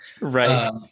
Right